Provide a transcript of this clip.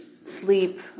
sleep